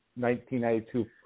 1992